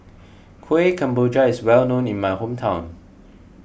Kueh Kemboja is well known in my hometown